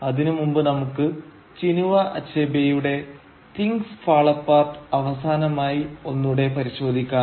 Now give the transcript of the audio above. അതിനു മുമ്പ് നമുക്ക് ചിനുവ അച്ഛബേയുടെ തിങ്സ് ഫാൾ അപ്പാർട്ട് അവസാനമായി ഒന്നൂടെ പരിശോധിക്കാം